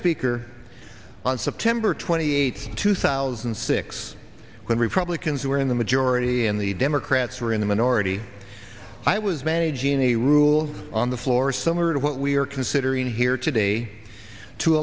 speaker on september twenty eighth two thousand and six when republicans were in the majority and the democrats were in the minority i was managing the rules on the floor similar to what we are considering here today to